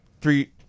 three